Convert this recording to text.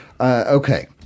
Okay